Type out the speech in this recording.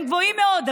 הם גבוהים מאוד,